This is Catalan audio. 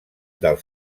del